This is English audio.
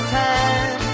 time